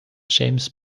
james